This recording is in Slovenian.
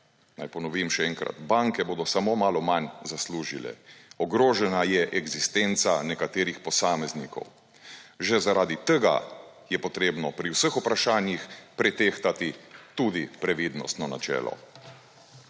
Naj ponovim še enkrat: banke bodo samo malo manj zaslužile. Ogrožena je eksistenca nekaterih posameznikov. Že zaradi tega je potrebno pri vseh vprašanjih pretehtati tudi previdnostno načelo.